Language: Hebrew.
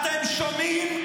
--- אתם שומעים?